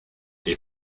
est